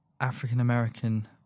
African-American